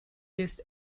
his